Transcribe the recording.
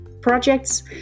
projects